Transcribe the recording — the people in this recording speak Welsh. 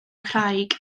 craig